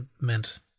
meant